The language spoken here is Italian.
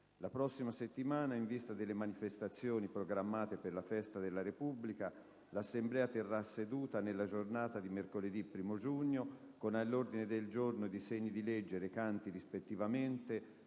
La prossima settimana, in vista delle manifestazioni programmate per la festa della Repubblica, 1'Assemblea terrà seduta nella giornata di mercoledì 1° giugno, con all'ordine del giorno i disegni di legge recanti rispettivamente